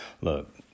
Look